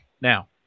now